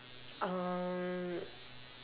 um